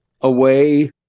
away